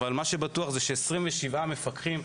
מה שבטוח ש-27 מפקחים,